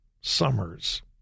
summers